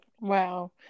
Wow